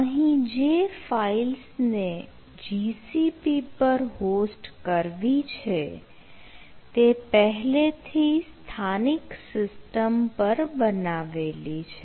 અહીં જે ફાઈલ્સ ને GCP પર હોસ્ટ કરવી છે તે પહેલે થી સ્થાનિક સિસ્ટમ પર બનાવેલી છે